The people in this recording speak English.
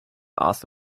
ask